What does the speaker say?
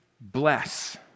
bless